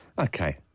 Okay